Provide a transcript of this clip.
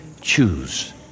choose